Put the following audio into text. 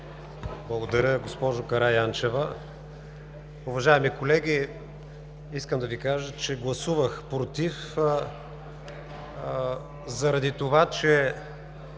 Благодаря, госпожо Караянчева. Уважаеми колеги, искам да Ви кажа, че гласувах „против“ заради това, че